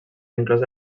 inclosa